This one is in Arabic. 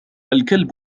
الكلب